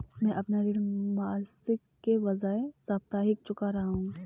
मैं अपना ऋण मासिक के बजाय साप्ताहिक चुका रहा हूँ